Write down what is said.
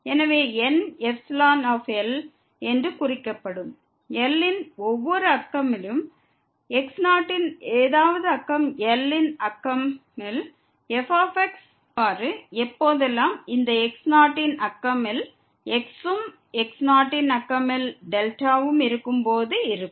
எனவே N என்று குறிக்கப்படும் L ன் ஒவ்வொரு நெய்பர்ஹுட் டிலும் x0 ன் ஏதாவது நெய்பர்ஹுட் L ன் நெய்பர்ஹுட் டில் f உள்ளவாறு எப்போதெல்லாம் இந்த x0 ன் நெய்பர்ஹுட் டில் x ம் x0 ன் நெய்பர்ஹுட்டில் ம் இருக்கும் போது இருக்கும்